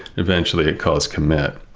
eventually, it calls commit.